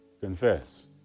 confess